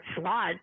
slot